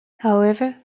however